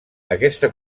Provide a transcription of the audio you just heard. aquesta